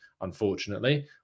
unfortunately